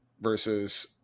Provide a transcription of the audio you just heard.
versus